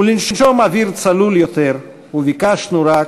ולנשום אוויר צלול יותר, וביקשנו רק: